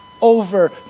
over